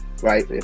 Right